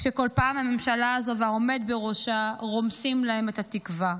כשכל פעם הממשלה הזו והעומד בראשה רומסים להם את התקווה.